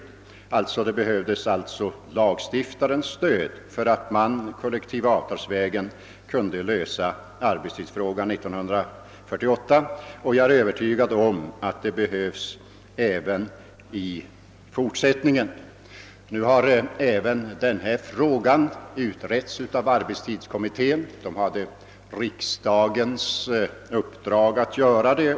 Lagstiftarens stöd behövdes alltså för att man 1948 kollektivavtalsvägen skulle kunna enas i arbetstidsfrågan. Jag är övertygad om att det behövs också i fortsättningen. Nu har även denna fråga utretts av arbetstidskommittén; den hade genom tilläggsdirektiv riksdagens uppdrag att göra det.